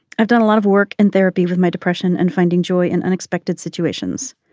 i've done a lot of work in therapy with my depression and finding joy in unexpected situations.